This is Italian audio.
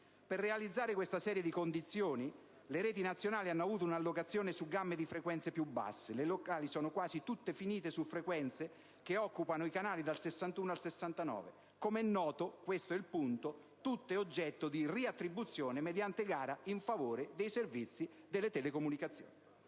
Per realizzare questa serie di condizioni, le reti nazionali hanno avuto un'allocazione su gamme di frequenza più basse; le reti locali sono quasi tutte finite su frequenze che occupano i canali dal 61 al 69, che, come è noto - questo è il punto - sono tutte oggetto di riattribuzione mediante gara in favore dei servizi delle telecomunicazioni.